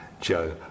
Joe